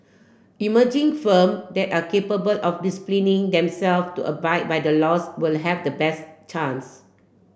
emerging firm that are capable of disciplining them self to abide by the laws will have the best chance